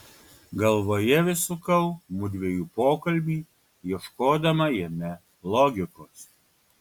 galvoje vis sukau mudviejų pokalbį ieškodama jame logikos